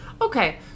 Okay